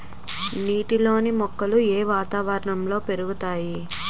నీటిలోని మొక్కలు ఏ వాతావరణంలో పెరుగుతాయి?